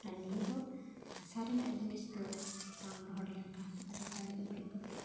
ᱟᱨ ᱱᱤᱭᱟᱹ ᱫᱚ ᱦᱟᱥᱟᱨᱮᱱᱟᱜ ᱡᱤᱱᱤᱥ ᱫᱚ ᱵᱟᱝ ᱨᱚᱦᱚᱲ ᱞᱮᱱᱠᱷᱟᱱ ᱟᱹᱰᱤ ᱪᱟᱬ ᱜᱮ ᱵᱟᱹᱲᱤᱡ ᱜᱚᱫᱚᱜᱼᱟ